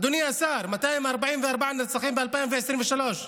אדוני השר, 244 נרצחים ב-2023,